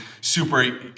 super